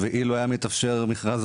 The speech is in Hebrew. ואילו היה מתאפשר מכרז,